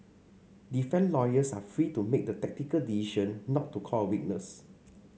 defence lawyers are free to make the tactical decision not to call a witness